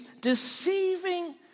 deceiving